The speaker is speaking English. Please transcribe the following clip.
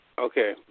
Okay